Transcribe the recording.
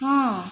ହଁ